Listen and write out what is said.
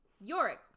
Yorick